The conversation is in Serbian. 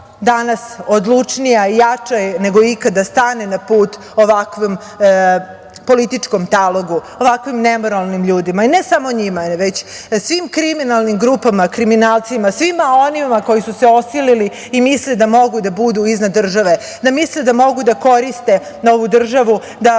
danas odlučnija i jača je nego ikada da stane na put ovakvom političkom talogu, ovakvim nemoralnim ljudima, ne samo njima, već svim kriminalnim grupama, kriminalcima, svima onima koji su se osilili i mislili da mogu da budu iznad države, da misle da mogu da koriste ovu državu, da